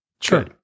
Sure